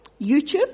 YouTube